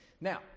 Now